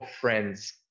friends